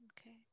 Okay